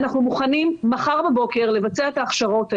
אנחנו מוכנים מחר בבוקר לבצע את ההכשרות האלה.